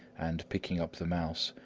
and picking up the mouse,